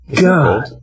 God